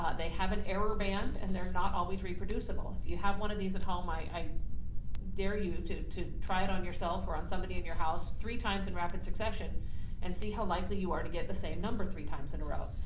they have an error band and they're not always reproducible. you have one of these at home i i dare you to to try it on yourself or on somebody in your house three times in rapid succession and see how likely you are to get the same number three times in a row